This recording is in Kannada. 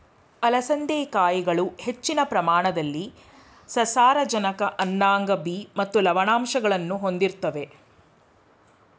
ಅಲಸಂದೆ ಕಾಯಿಗಳು ಹೆಚ್ಚಿನ ಪ್ರಮಾಣದಲ್ಲಿ ಸಸಾರಜನಕ ಅನ್ನಾಂಗ ಬಿ ಮತ್ತು ಲವಣಾಂಶಗಳನ್ನು ಹೊಂದಿರುತ್ವೆ